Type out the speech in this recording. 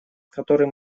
который